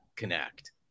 connect